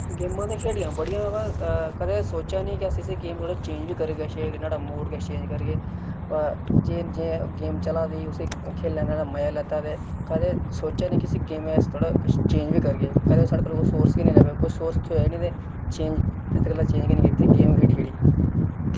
गेमां ते खेढियां बड़ियां ब कदें सोचेआ नेईं कि अस इसी गेम गी थोह्ड़ा चेंज बी करगे नुआढ़ा मोड़ किश चेंज करगे जे गेम चलै दी उसी खेढने दा मजा लैता ते कदें सोचेआ निं कि इसी गेमा गी अस किश चेंज बी करगे कदें साढ़े कोल ओह् सोर्स गै निं लब्भेआ कोई केईं सोर्स थ्होएआ नेईं ते इस गल्ला चेंज गै निं कीती गेम गै खेढी छड़ी